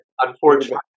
unfortunately